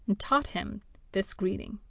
and taught him this greeting